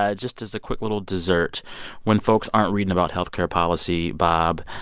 ah just as a quick little dessert when folks aren't reading about health care policy, bob,